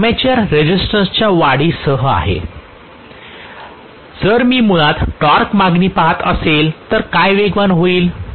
armature रेझिस्टन्सच्या वाढीसहित आहे जर मी मुळात टॉर्कची मागणी पहात असेल तर काय वेगवान होईल